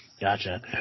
Gotcha